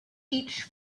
each